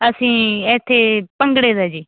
ਅਸੀਂ ਇੱਥੇ ਭੰਗੜੇ ਦਾ ਜੀ